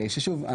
ששוב,